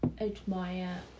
admire